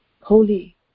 holy